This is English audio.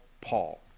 Paul